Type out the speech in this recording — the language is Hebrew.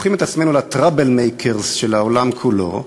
הופכים את עצמנו ל-troublemakers של העולם כולו,